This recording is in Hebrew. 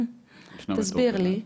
תסביר לי.